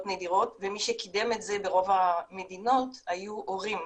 נדירות ומי שקידם את זה ברוב המדינות היו הורים.